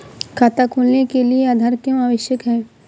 खाता खोलने के लिए आधार क्यो आवश्यक है?